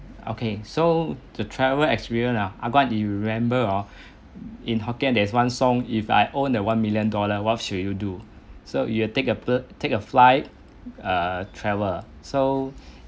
okay so the travel experience ah ah guat you remember oh hokkien there's one song if I owned a one million dollar what should you do so you take a take a flight err travel so